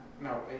no